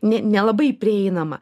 ne nelabai prieinama